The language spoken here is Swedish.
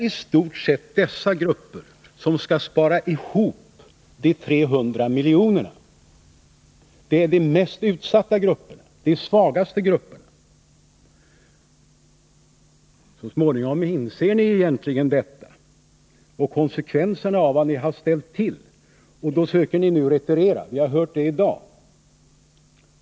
Observera nu, Gösta Andersson, att de som skall spara ihop dessa 300 milj.kr. är i stort sett de svagaste grupperna, de mest utsatta människorna. Så småningom inser ni detta och konsekvenserna av vad ni har ställt till, och då söker ni retirera. Vi har hört det i dag.